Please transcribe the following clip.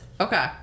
Okay